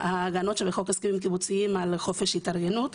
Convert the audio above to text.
ההגנות שבחוק הסכמים קיבוציים על חופש ההתארגנות,